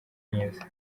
neza